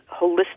holistic